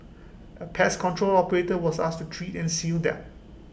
A pest control operator was asked to treat and seal them